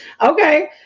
Okay